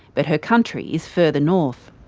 but her country is further north.